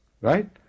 Right